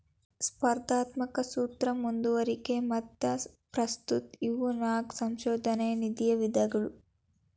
ಸ್ಪರ್ಧಾತ್ಮಕ ಸೂತ್ರ ಮುಂದುವರಿಕೆ ಮತ್ತ ಪಾಸ್ಥ್ರೂ ಇವು ನಾಕು ಸಂಶೋಧನಾ ನಿಧಿಯ ವಿಧಗಳು